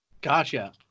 gotcha